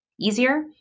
easier